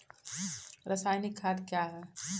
रसायनिक खाद कया हैं?